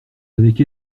avec